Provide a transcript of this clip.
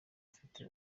ufite